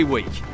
Week